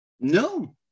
no